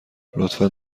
لطفا